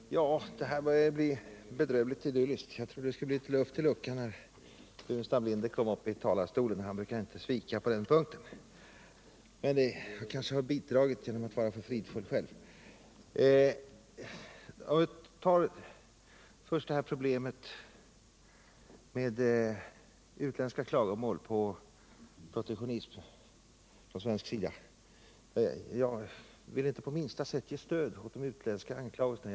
Herr talman! Det här börjar bli bedrövligt tamt. Jag trodde att det skulle bli litet luft i luckan när Staffan Burenstam Linder kom upp i talarstolen. Han brukar inte svika på den punkten, men jag har kanske själv bidragit genom att vara för fridfull. Jag tar först upp problemet med utländska klagomål över protektionism från svensk sida. Inte på minsta sätt vill jag ge stöd åt de utländska anklagelserna.